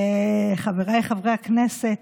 חבריי חברי הכנסת,